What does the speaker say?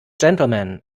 gentlemen